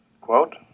Quote